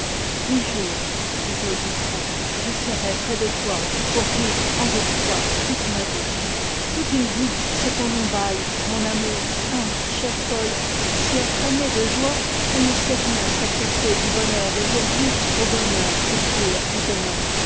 huit jours disait augustin et je serai près de toi pour vivre avec toi toute ma vie toute une vie c'est un long bail mon amour ah chère folle si affamée de joie qu'elle ne sait rien sacrifier du bonheur d'aujourd'hui au bonheur plus sûr de demain